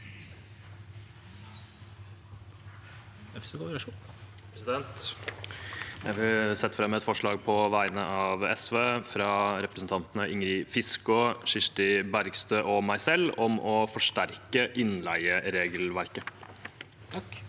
Jeg vil sette fram et forslag på vegne av representantene Ingrid Fiskaa, Kirsti Bergstø og meg selv om å forsterke innleieregelverket.